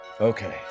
Okay